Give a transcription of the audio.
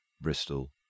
Bristol